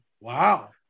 wow